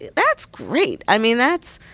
yeah that's great i mean, that's